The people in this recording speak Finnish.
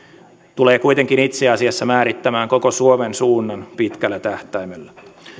tulee kuitenkin itse asiassa määrittämään koko suomen suunnan pitkällä tähtäimellä